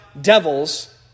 devils